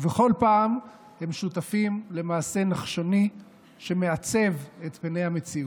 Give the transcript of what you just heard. ובכל פעם הם שותפים למעשה נחשוני שמעצב את פני המציאות.